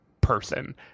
person